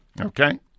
Okay